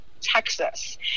Texas